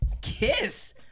Kiss